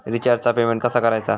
रिचार्जचा पेमेंट कसा करायचा?